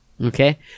Okay